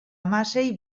hamasei